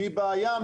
מבעיה,